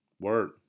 Word